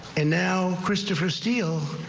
and now christopher steele.